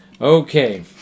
Okay